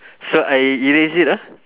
so I erase it ah